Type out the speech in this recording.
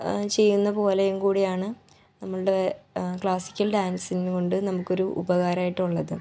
ചെയ്യുന്നത് പോലെയും കൂടിയാണ് നമ്മുടെ ക്ലാസ്സിക്കൽ ഡാൻസിനെ കൊണ്ട് നമുക്കൊരു ഉപകാരമായിട്ടുള്ളത്